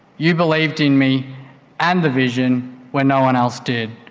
you believed in me and the vision when no one else did.